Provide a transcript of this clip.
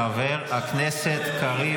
חבר הכנסת קריב.